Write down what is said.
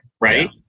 Right